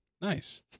Nice